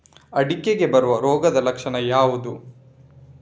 ಅಡಿಕೆಗೆ ಬರುವ ರೋಗದ ಲಕ್ಷಣ ಯಾವುದು?